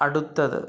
അടുത്തത്